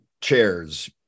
chairs